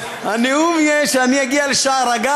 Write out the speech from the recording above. הנאום יהיה שאני אגיע לשער-הגיא,